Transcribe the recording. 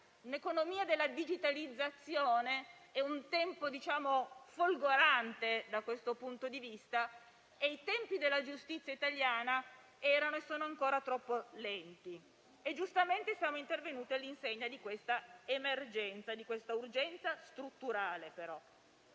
una economia della digitalizzazione, è un tempo folgorante da questo punto di vista, ma i tempi della giustizia italiana erano e sono ancora troppo lenti. Giustamente siamo intervenuti all'insegna di questa emergenza, di questa urgenza strutturale.